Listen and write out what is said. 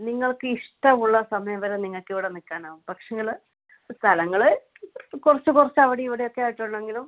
നിങ്ങൾക്കിഷ്ടമുള്ള സമയം വരെ നിങ്ങൾക്കിവിടെ നിൽക്കാനാകും പക്ഷേ ങ്ങള് സ്ഥലങ്ങൾ കുറച്ച് കുറച്ച് അവിടെ ഇവിടെയൊക്കെയായിട്ടുള്ളെങ്കിലും